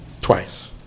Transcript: Twice